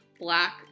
black